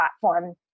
platform